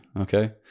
Okay